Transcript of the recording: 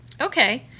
Okay